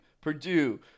Purdue